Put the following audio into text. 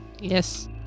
Yes